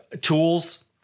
tools